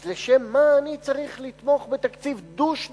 אז לשם מה אני צריך לתמוך בתקציב דו-שנתי?